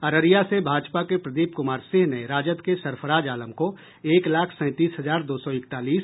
अररिया से भाजपा के प्रदीप कुमार सिंह ने राजद के सरफराज आलम को एक लाख सैंतीस हजार दो सौ इकतालीस